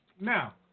Now